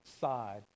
side